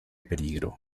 peligro